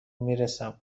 میرسم